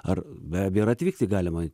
ar be abejo ir atvykti galima